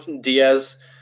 Diaz